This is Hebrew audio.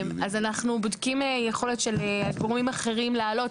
בודקים כרגע יכולת של גורמים אחרים לעלות,